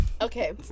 Okay